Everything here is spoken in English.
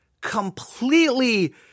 completely